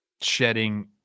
shedding